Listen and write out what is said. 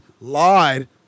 lied